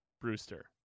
Brewster